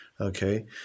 Okay